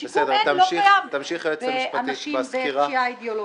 ושיקום אין, לא קיים לאנשים בפשיעה אידיאולוגית.